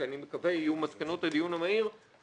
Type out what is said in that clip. ואני מקווה שיהיו מסקנות לדיון המהיר,